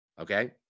Okay